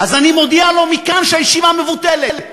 אז אני מודיע לו מכאן שהישיבה מבוטלת,